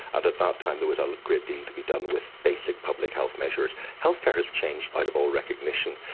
and at that time there was a like great deal to be done with basic public health measures. healthcare has changed out of all recognition.